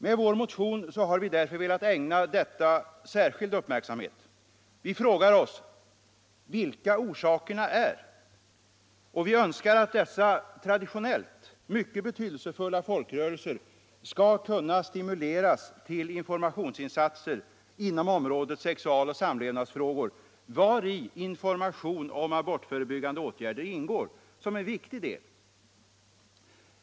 Med vår motion har vi därför velat ägna detta särskild uppmärksamhet. Vi frågar oss vilka orsakerna är. Och vi önskar att dessa traditionellt mycket betydelsefulla folkrörelser skall kunna stimuleras till informationsinsatser inom området sexual-samlevnadsfrågor, vari informationen om abortförebyggande åtgärder ingår som en viktig del.